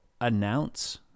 announce